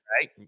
right